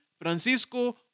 Francisco